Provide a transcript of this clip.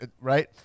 right